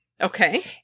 Okay